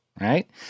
right